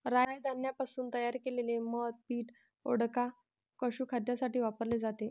राय धान्यापासून तयार केलेले मद्य पीठ, वोडका, पशुखाद्यासाठी वापरले जाते